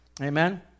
Amen